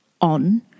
on